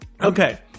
Okay